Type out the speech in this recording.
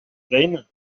veynes